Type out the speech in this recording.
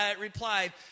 replied